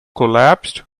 collapsed